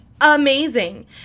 amazing